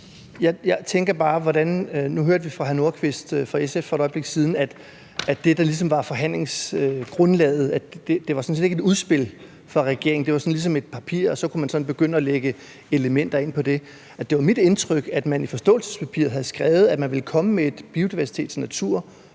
Nordqvist, SF, for et øjeblik siden, at det, der ligesom var forhandlingsgrundlaget, sådan set ikke var et udspil fra regeringen. Det var sådan ligesom et papir, og så kunne man begynde at lægge elementer ind på det. Det var mit indtryk, at man i forståelsespapiret havde skrevet, at man ville komme med et biodiversitets-